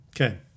Okay